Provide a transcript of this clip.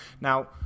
Now